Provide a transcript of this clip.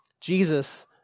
Jesus